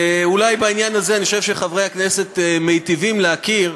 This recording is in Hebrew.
ואולי בעניין הזה אני חושב שחברי הכנסת מטיבים להכיר,